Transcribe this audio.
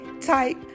type